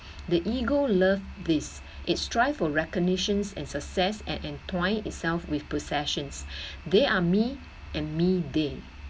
the ego love bliss it's strive for recognition and success at entwined itself with possessions they are me and me they